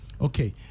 Okay